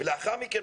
לאחר מכן,